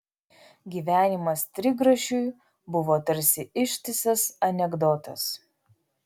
gyvenimas trigrašiui buvo tarsi ištisas anekdotas